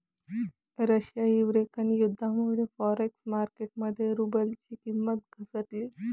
Russia Ukraine युद्धामुळे forex market मध्ये रुबलची किंमत घसरली